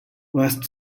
west